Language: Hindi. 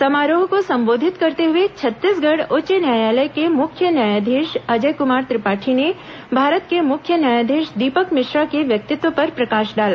समारोह को संबोधित करते हुए छत्तीसगढ़ उच्च न्यायालय के मुख्य न्यायाधीश अजय कुमार त्रिपाठी ने भारत के मुख्य न्यायाधीश दीपक मिश्रा के व्यक्तित्व पर प्रकाश डाला